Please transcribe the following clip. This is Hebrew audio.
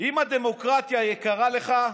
אם הדמוקרטיה יקרה לך,